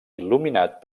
il·luminat